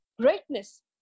greatness